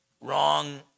wrong